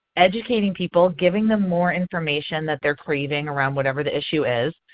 educating people, giving them more information that they are craving around whatever the issue is,